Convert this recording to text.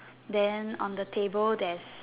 then on the table there's